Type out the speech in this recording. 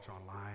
online